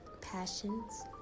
passions